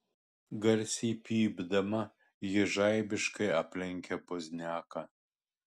garsiai pypdama ji žaibiškai aplenkė pozniaką